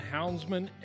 Houndsman